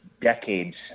decades